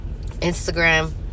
Instagram